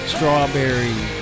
Strawberry